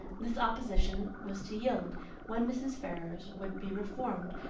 this opposition was to yield when mrs. ferrars would be reformed,